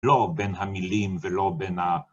לא בין המילים ולא בין ה...